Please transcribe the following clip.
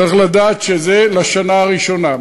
צריך לדעת שזה לשנה הראשונה.